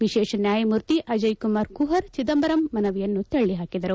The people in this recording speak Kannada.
ವಿಶೇಷ ನ್ಯಾಯಮೂರ್ತಿ ಅಜಯ್ ಕುಮಾರ್ ಕುಪರ್ ಚಿದಂಬರಂ ಮನವಿಯನ್ನು ತಳ್ಳಿಹಾಕಿದರು